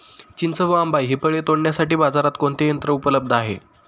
चिंच व आंबा हि फळे तोडण्यासाठी बाजारात कोणते यंत्र उपलब्ध आहे?